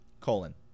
Colon